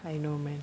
I know man